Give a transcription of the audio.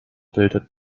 bildet